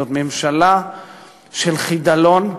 זאת ממשלה של חידלון,